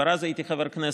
כבר אז הייתי חבר כנסת.